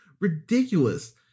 ridiculous